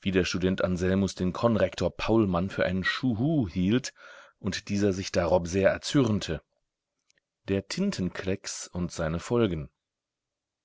wie der student anselmus den konrektor paulmann für einen schuhu hielt und dieser sich darob sehr erzürnte der tintenklecks und seine folgen